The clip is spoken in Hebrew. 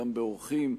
גם בעורכים,